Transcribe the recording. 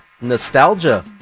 nostalgia